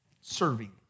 serving